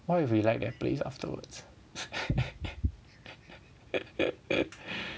what if we like that place afterwards